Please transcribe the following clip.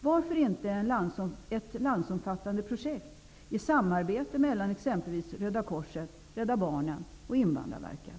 Varför inte ett landsomfattande projekt i samarbete mellan exempelvis Röda korset, Rädda barnen och Invandrarverket?